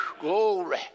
Glory